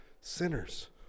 sinners